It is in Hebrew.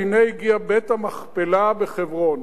והנה הגיע בית-המכפלה בחברון,